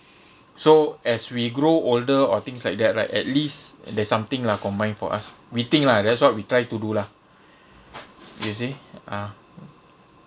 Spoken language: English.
so as we grow older or things like that right at least there's something lah combined for us we think lah that's what we try to do lah you see ah